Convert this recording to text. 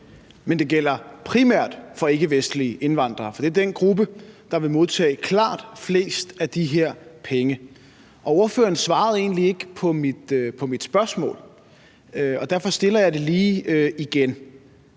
Men det gælder primært for ikkevestlige indvandrere, for det er den gruppe, der vil modtage klart flest af de her penge. Og ordføreren svarede egentlig ikke på mit spørgsmål, og derfor stiller jeg det lige igen: